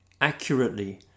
accurately